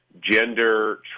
gender